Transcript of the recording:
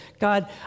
God